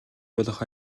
болох